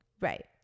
Right